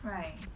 right